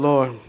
Lord